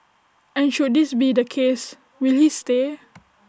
and should this be the case will he stay